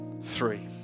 Three